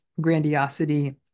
grandiosity